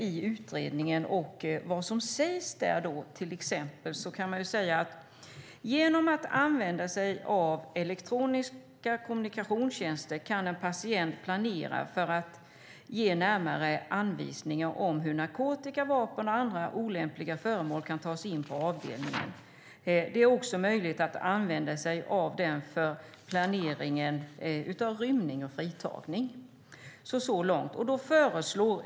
I utredningen sägs att genom att använda sig av elektroniska kommunikationstjänster kan en patient planera för och ge närmare anvisningar om hur narkotika, vapen och andra olämpliga föremål kan tas in på avdelningen. Det är också möjligt att använda sig av elektroniska kommunikationstjänster för planering av rymning och fritagning.